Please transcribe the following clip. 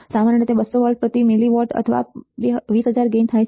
સામાન્ય રીતે 200 વોલ્ટ પ્રતિ મિલી વોટ અથવા 200000 ગેઇન થાય છે